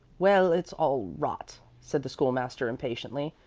well, it's all rot, said the school-master, impatiently.